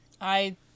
I-